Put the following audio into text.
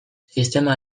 sistema